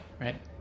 right